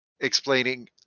Explaining